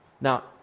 Now